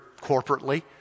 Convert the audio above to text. corporately